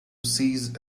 cease